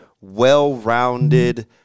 well-rounded